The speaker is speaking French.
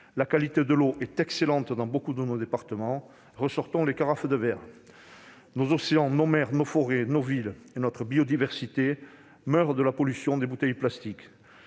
La qualité de l'eau est excellente dans beaucoup de nos départements- ressortons les carafes en verre ! Nos océans, nos mers, nos forêts, nos villes et notre biodiversité meurent de la pollution des bouteilles en plastique